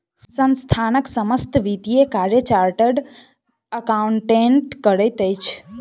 संस्थानक समस्त वित्तीय कार्य चार्टर्ड अकाउंटेंट करैत अछि